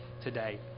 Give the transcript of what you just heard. today